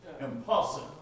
impulsive